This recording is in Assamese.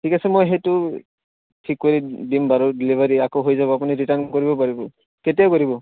ঠিক আছে মই সেইটো ঠিক কৰি দিম বাৰু ডেলিভাৰি আকৌ হৈ যাব আপুনি ৰিটাৰ্ণ কৰিব পাৰিব কেতিয়া কৰিব